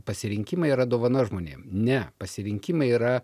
pasirinkimai yra dovana žmonėm ne pasirinkimai yra